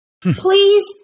please